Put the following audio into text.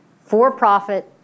for-profit